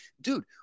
Dude